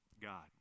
God